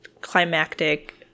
climactic